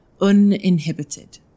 uninhibited